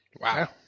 wow